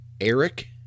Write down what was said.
Eric